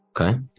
Okay